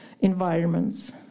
environments